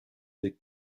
des